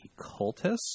cultist